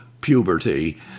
puberty